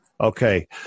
Okay